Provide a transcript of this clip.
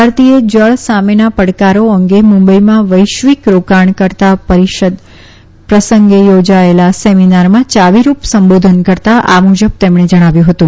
ભારતીય જળ સામેના પડકારો અંગે મુંબઈમાં વૈશ્વિક રોકાણ કરતાં પરિષદ પ્રસંગે યોજાયેલા સેમીનારમાં યાવી રૂપ સંબોધન કરતાં આ મુજબ તેમણે જણાવ્યું હતું